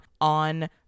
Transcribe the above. on